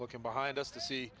looking behind us to see